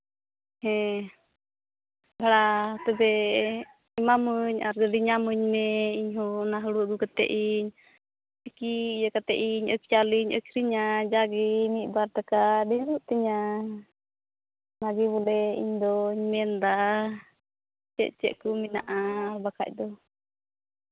ᱦᱮᱸ ᱵᱟ ᱛᱚᱵᱮ ᱮᱢᱟᱢᱟᱹᱧ ᱟᱨ ᱜᱟᱹᱰᱤ ᱧᱟᱢᱟᱹᱧ ᱢᱮ ᱤᱧ ᱦᱚᱸ ᱚᱱᱟ ᱦᱩᱲᱩ ᱟᱹᱜᱩ ᱠᱟᱛᱮᱫ ᱤᱧ ᱛᱤᱠᱤ ᱤᱭᱟᱹ ᱠᱟᱛᱮᱫ ᱤᱧ ᱪᱟᱣᱞᱮᱧ ᱟᱹᱠᱷᱨᱤᱧᱟ ᱡᱟᱣᱜᱮ ᱢᱤᱫᱼᱵᱟᱴ ᱴᱟᱠᱟ ᱰᱷᱮᱹᱨᱚᱜ ᱛᱤᱧᱟᱹ ᱚᱱᱟᱜᱮ ᱵᱚᱞᱮ ᱤᱧᱫᱚᱧ ᱢᱮᱱᱫᱟ ᱪᱮᱫ ᱪᱮᱫ ᱠᱚ ᱢᱮᱱᱟᱜᱼᱟ ᱵᱟᱠᱷᱟᱱ ᱫᱚ